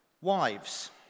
Wives